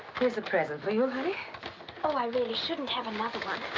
here's a present for you, honey. oh, i really shouldn't have another one.